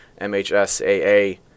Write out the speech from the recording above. MHSAA